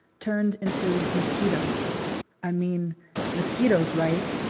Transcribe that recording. turned into mosquitoes i mean mosquitoes, right?